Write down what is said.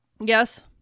Yes